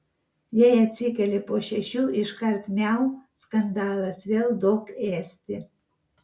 jei atsikeli po šešių iškart miau skandalas vėl duok ėsti